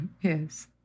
Yes